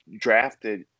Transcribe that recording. drafted –